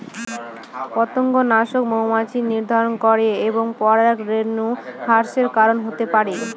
পতঙ্গনাশক মৌমাছি নিধন করে এবং পরাগরেণু হ্রাসের কারন হতে পারে